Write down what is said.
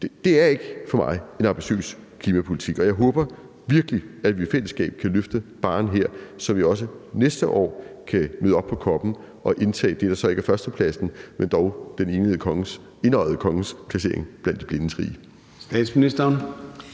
at se ikke en ambitiøs klimapolitik, og jeg håber virkelig, at vi i fællesskab kan løfte barren her, så vi også næste år kan møde op på COP'en og indtage det, der så ikke er førstepladsen, men dog den enøjede konges placering i de blindes rige.